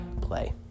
play